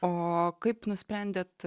o kaip nusprendėt